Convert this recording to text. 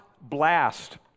blast